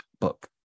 book